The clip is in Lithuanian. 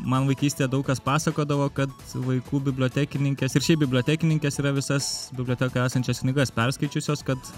man vaikystėje daug kas pasakodavo kad vaikų bibliotekininkės ir šiaip bibliotekininkės yra visas bibliotekoje esančias knygas perskaičiusios kad